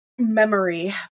memory